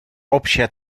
общая